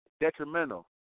Detrimental